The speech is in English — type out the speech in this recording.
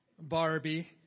Barbie